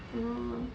orh